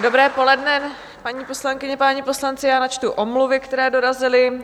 Dobré poledne, paní poslankyně, páni poslanci, já načtu omluvy, které dorazily.